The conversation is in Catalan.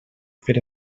fer